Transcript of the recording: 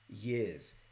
years